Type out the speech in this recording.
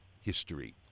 History